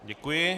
Děkuji.